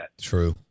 True